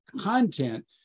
content